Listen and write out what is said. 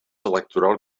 electoral